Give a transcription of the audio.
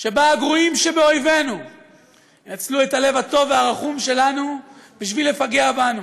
שבה הגרועים שבאויבינו ינצלו את הלב הטוב והרחום שלנו בשביל לפגע בנו,